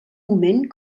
moment